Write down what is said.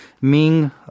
Ming